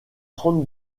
trente